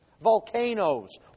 Volcanoes